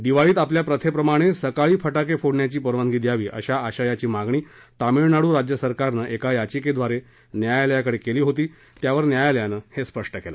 दिवाळीत आपल्या प्रथेप्रमाणे सकाळी फटाके फोडण्याची परवानगी द्यावी अशा आशयाची मागणी तामिळनाडू राज्य सरकारनं एका याचिकेद्वारे न्यायालयाकडे केली होती त्यावर न्यायालयानं हे स्पष्ट केलं